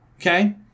okay